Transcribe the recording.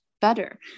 better